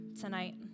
tonight